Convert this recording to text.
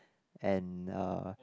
and uh